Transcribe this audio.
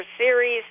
series